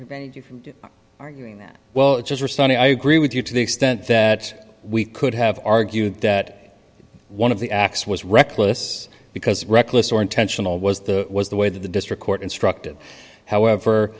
prevented you from arguing that well it's just recently i agree with you to the extent that we could have argued that one of the acts was reckless because reckless or intentional was the was the way that the district court instructed